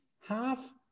half